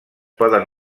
poden